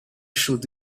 should